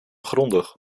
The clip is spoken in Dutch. grondig